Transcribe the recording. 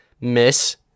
miss –